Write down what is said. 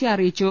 C അറിയിച്ചു